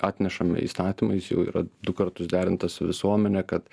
atnešame įstatymą jis jau yra du kartus derintas su visuomene kad